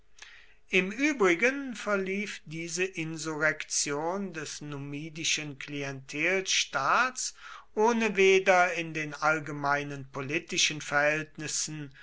im übrigen verlief diese insurrektion des numidischen klientelstaats ohne weder in den allgemeinen politischen verhältnissen